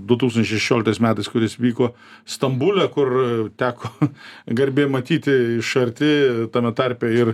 du tūkstančiai šešioliktais metais kuris vyko stambule kur teko garbė matyti iš arti tame tarpe ir